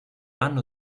anno